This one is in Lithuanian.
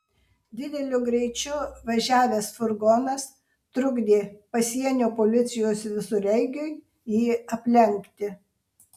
dideliu greičiu važiavęs furgonas trukdė pasienio policijos visureigiui jį aplenkti